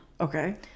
okay